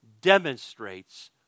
demonstrates